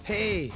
Hey